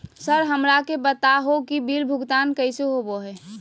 Sir हमरा के बता हो कि बिल भुगतान कैसे होबो है?